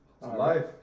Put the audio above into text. life